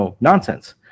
nonsense